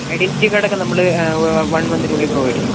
identity കാർഡൊക്കെ നമ്മള് one മന്തിനുള്ളിൽ പ്രൊവൈഡ് ചെയ്യും